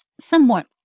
somewhat